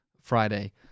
Friday